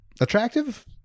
attractive